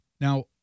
Now